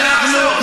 אנחנו,